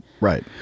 Right